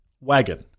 wagon